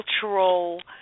cultural